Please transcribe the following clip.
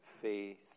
faith